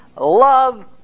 love